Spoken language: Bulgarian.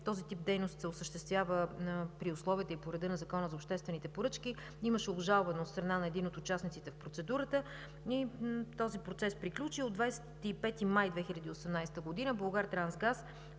този тип дейност се осъществява при условията и по реда на Закона за обществените поръчки. Имаше обжалване от страна на един от участниците в процедурата и този процес приключи. На 25 май 2018 г. „Булгартрансгаз“